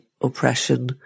oppression